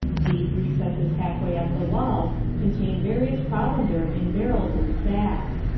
deep recesses half way up the walls contain various provender in barrels and sacks.